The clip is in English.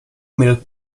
milk